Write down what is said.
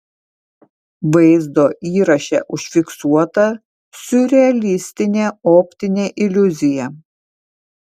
vaizdo įraše užfiksuota siurrealistinė optinė iliuzija